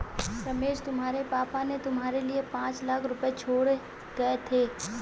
रमेश तुम्हारे पापा ने तुम्हारे लिए पांच लाख रुपए छोड़े गए थे